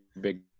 big